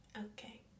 Okay